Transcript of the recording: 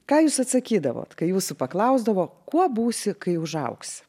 ką jūs atsakydavot kai jūsų paklausdavo kuo būsi kai užaugsi